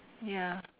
ya